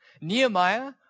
Nehemiah